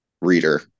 reader